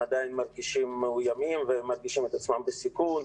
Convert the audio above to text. עדיין מרגישים מאוימים ומרגישים את עצמם בסיכון,